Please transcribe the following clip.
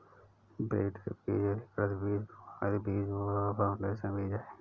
breeder बीज, अधिकृत बीज, प्रमाणित बीज व फाउंडेशन बीज है